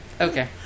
Okay